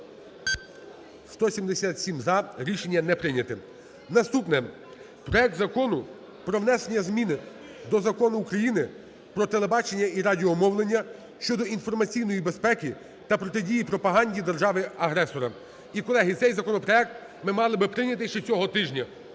За-177 Рішення не прийнято. Наступне: проект Закону про внесення змін до Закону України "Про телебачення і радіомовлення" щодо інформаційної безпеки та протидії пропаганді держави-агресора. І, колеги, цей законопроект ми мали би прийняти ще цього тижня.